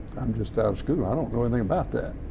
i'm just out of school. i don't know anything about that.